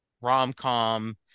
rom-com